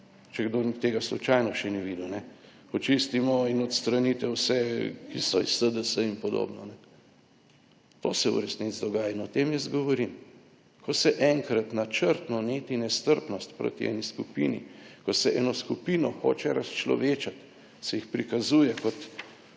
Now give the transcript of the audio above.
če kdo tega slučajno še ni videl. Očistimo in odstranite vse, ki so iz SDS in podobno. To se v resnici dogaja in o tem jaz govorim. Ko se enkrat načrtno neti nestrpnost proti eni skupini, ko se eno skupino hoče razčlovečiti se jih prikazuje kot,